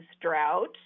drought